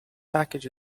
package